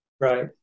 right